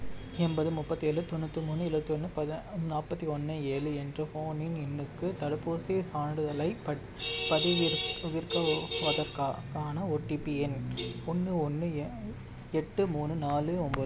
எண்பது முப்பத்தேழு தொண்ணூற்றி மூணு எழுபத்தி ஒன்று நாற்பத்தி ஒன்று ஏழு என்ற ஃபோனின் எண்ணுக்கு தடுப்பூசிச் சான்றிதழைப் பதிவிறக்குவதற்கான ஓடிபி எண் ஒன்று ஒன்று எட்டு மூணு நாலு ஒம்போது